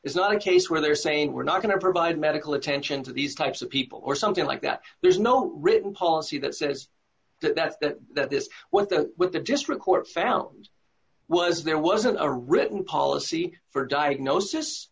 it's not a case where they're saying we're not going to provide medical attention to these types of people or something like that there's no written policy that says that that's that that this what that would have just report found was there wasn't a written policy for diagnosis